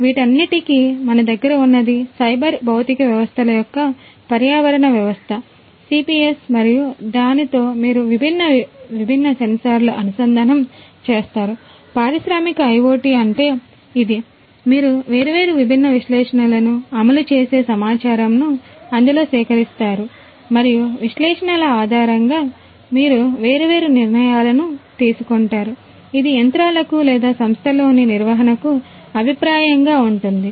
వీటన్నింటికీ మన దగ్గర ఉన్నది సైబర్ భౌతిక వ్యవస్థల యొక్క పర్యావరణ వ్యవస్థ సిపిఎస్గా ఉంటుంది